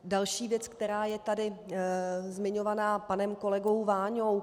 Další věc, která je tady zmiňovaná panem kolegou Váňou.